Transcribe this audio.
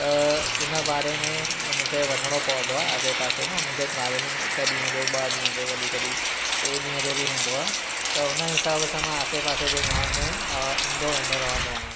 त हुन बारे में मूंखे वञिणो पवंदो आहे आसे पासे में मुंहिंजो ट्रावेलिंग हिकु ॾींहं जो ॿ ॾींहं जो कॾहिं कॾहिं टे ॾींहं जो बि हूंदो आहे त हुन हिसाब सां मां आसे पासे जे गांवनि में ईंदो वेंदो रहंदो आहियां